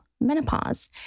menopause